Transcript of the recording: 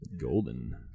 Golden